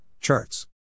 Charts